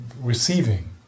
receiving